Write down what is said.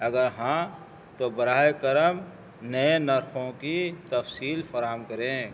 اگر ہاں تو براہ کرم نئے نرخوں کی تفصیل فراہم کریں